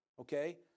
okay